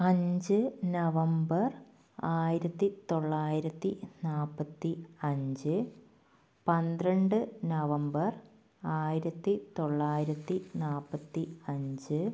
അഞ്ച് നവംബർ ആയിരത്തി തൊള്ളായിരത്തി നാൽപത്തി അഞ്ച് പന്ത്രണ്ട് നവംബർ ആയിരത്തി തൊള്ളായിരത്തി നാൽപത്തി അഞ്ച്